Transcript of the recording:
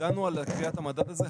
הגענו לקביעת המדד הזה.